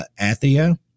Athia